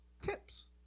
tips